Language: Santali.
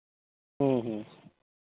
ᱦᱩᱸ ᱦᱩᱸ